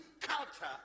culture